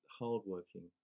hard-working